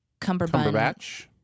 Cumberbatch